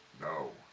No